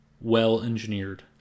well-engineered